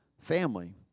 family